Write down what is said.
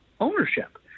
ownership